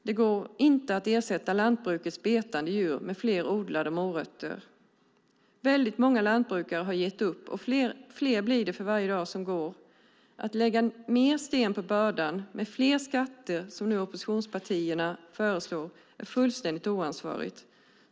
Det går inte att ersätta lantbrukets betande djur med fler odlade morötter. Väldigt många lantbrukar har gett upp, och fler blir det för varje dag som går. Att då lägga mer sten på bördan, med fler skatter, som nu oppositionspartierna föreslår, är fullständigt oansvarigt.